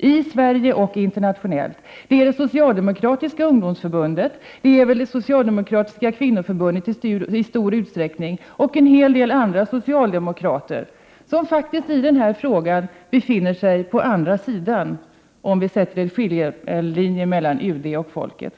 såväl i Sverige som internationellt. Socialdemokratiska ungdomsförbundet, i stor utsträckning Socialdemokratiska kvinnoförbundet och en hel del andra socialdemokrater befinner sig i den här frågan faktiskt på andra sidan, om vi drar en skiljelinje mellan UD och folket.